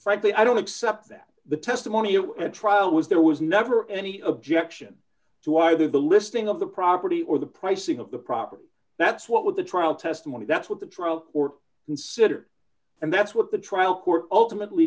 frankly i don't accept that the testimonial at trial was there was never any objection to either the listing of the property or the pricing of the property that's what with the trial testimony that's what the trial court considered and that's what the trial court ultimately